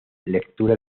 lectura